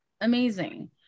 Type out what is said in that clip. Amazing